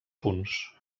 punts